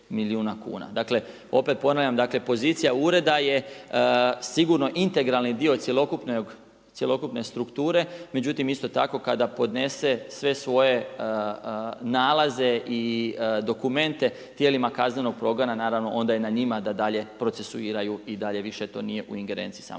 Dakle opet ponavljam, pozicija ureda je sigurno integralni dio cjelokupne strukture, međutim isto tako kada podnese sve svoje nalaze i dokumente tijelima kaznenog progona onda je na njima da dalje procesuiraju i dalje više to nije u ingerenciji samog ureda.